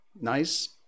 Nice